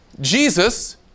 Jesus